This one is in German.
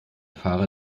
fahrer